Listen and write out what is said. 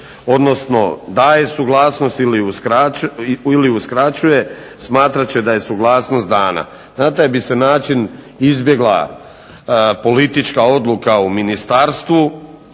odnosno daje suglasnost ili uskraćuje smatrat će da je suglasnost dana. Na taj bi se način izbjegla politička odluka u ministarstvu,